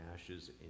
ashes